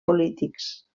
polítics